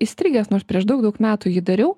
įstrigęs prieš daug daug metų jį dariau